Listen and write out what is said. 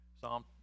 Psalm